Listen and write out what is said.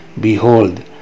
behold